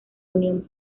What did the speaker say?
unión